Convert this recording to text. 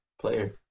player